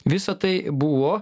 visa tai buvo